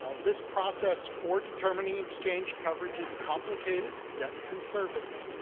ah this process for determining exchange coverage is complicated yet conservative,